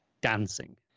dancing